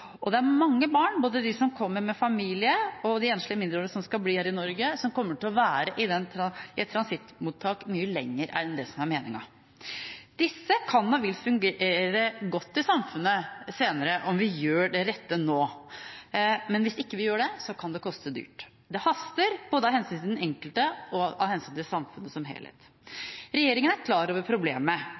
Det er mange barn, både de som kommer med familie, og de enslige mindreårige som skal bli her i Norge, som kommer til å være i transittmottak mye lenger enn det som er meningen. Disse kan og vil fungere godt i samfunnet senere om vi gjør det rette nå. Men hvis vi ikke gjør det, kan det koste dyrt. Det haster, både av hensyn til den enkelte og av hensyn til samfunnet som helhet. Regjeringen er klar over problemet.